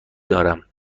دارم